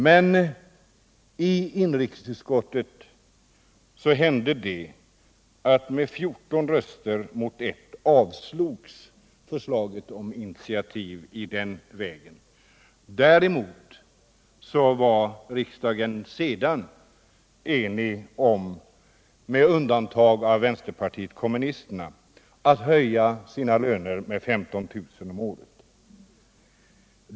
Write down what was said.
Men i inrikesutskottet avslogs förslaget om åtgärder i den här riktningen med 14 röster mot 1. Riksdagsledamöterna, med undantag för representanterna för vpk, var däremot senare eniga om att höja sina löner med 15 000 kr. om året.